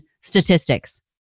statistics